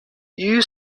you